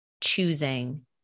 choosing